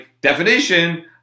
definition